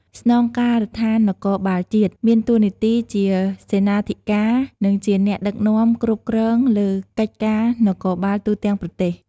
ស្នងការដ្ឋាននគរបាលជាតិ មានតួនាទីជាសេនាធិការ និងជាអ្នកដឹកនាំគ្រប់គ្រងលើកិច្ចការនគរបាលទូទាំងប្រទេស។